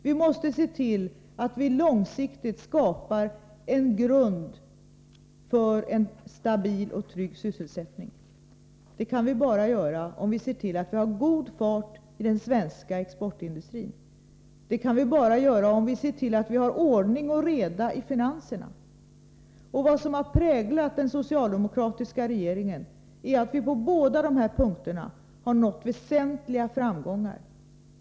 Vi måste se till att vi långsiktigt skapar en grund för en stabil och trygg sysselsättning. Det kan vi bara göra om vi ser till att vi har god fart i den svenska exportindustrin. Det kan vi bara göra om vi ser till att vi har ordning och reda i finanserna. Vad som har präglat den socialdemokratiska regeringen är att vi på båda dessa punkter har nått väsentliga framgångar.